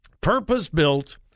purpose-built